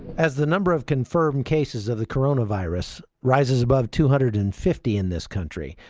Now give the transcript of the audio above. as the number of confirmed cases of the coronavirus rises above two hundred and fifty in this country,